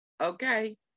okay